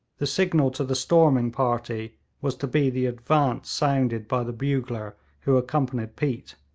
the signal to the storming party was to be the advance sounded by the bugler who accompanied peat.